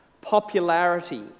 popularity